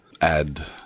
add